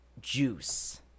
juice